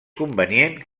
convenient